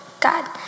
God